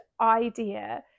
idea